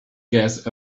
get